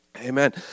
Amen